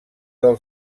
del